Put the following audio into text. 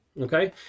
okay